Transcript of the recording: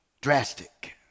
drastic